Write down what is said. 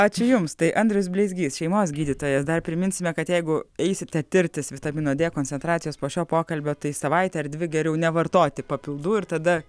ačiū jums tai andrius bleizgys šeimos gydytojas dar priminsime kad jeigu eisite tirtis vitamino dė koncentracijos po šio pokalbio tai savaitę ar dvi geriau nevartoti papildų ir tada